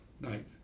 night